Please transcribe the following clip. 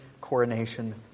coronation